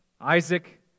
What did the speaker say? Isaac